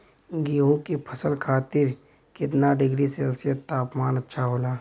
गेहूँ के फसल खातीर कितना डिग्री सेल्सीयस तापमान अच्छा होला?